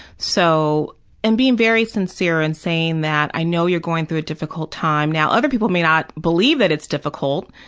so and being very sincere in saying that, i know you're going through a difficult time. now, other people may not believe that it's difficult.